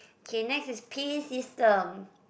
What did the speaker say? K next is P_A system